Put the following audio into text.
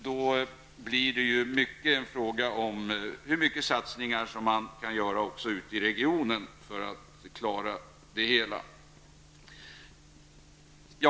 Då blir det mycket en fråga om hur mycket satsningar man kan göra ute i regionen för att klara av det hela.